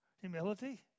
Humility